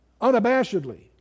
unabashedly